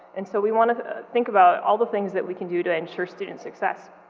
and so we want to think about all the things that we can do to ensure students' success.